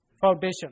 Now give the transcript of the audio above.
foundation